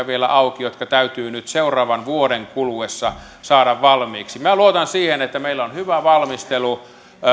vielä auki lukuisia yksityiskohtia jotka täytyy nyt seuraavan vuoden kuluessa saada valmiiksi minä luotan siihen että meillä on hyvä valmistelu